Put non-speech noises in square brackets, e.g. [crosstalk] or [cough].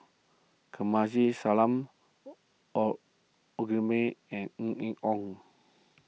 Kamsari Salam [unintelligible] May and Ng Eng [unintelligible]